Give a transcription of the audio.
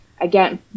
Again